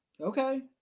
Okay